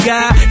God